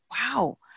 wow